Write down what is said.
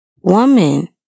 woman